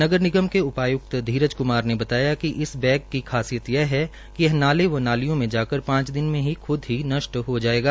नगर निगम के उपायुक्त धीरज कुमार ने बताया कि इस बैग की खासियत यह है कि यह नाले व नालियों में जाकर पांच दिन के खुद ही नष्ट हो जायेगा